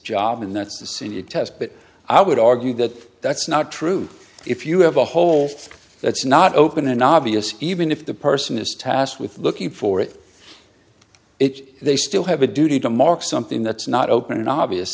job and that's the senior test but i would argue that that's not true if you have a hole that's not open and obvious even if the person is tasked with looking for it it's they still have a duty to mark something that's not open and obvious